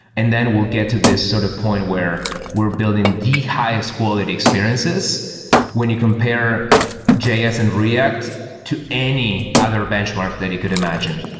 and then we'll get to this sort of point where we're building the highest quality experiences when you compare js and react to any other benchmark that you could imagine.